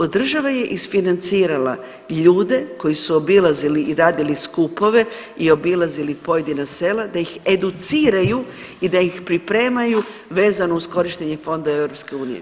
Od države je isfinancirala ljude koji su obilazili i radili skupove i obilazili pojedina sela da ih educiraju i da ih pripremaju vezano uz korištenje fondova EU.